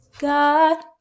God